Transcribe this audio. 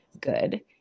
good